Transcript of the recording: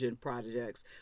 projects